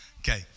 Okay